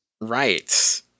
Right